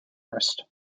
wrist